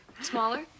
smaller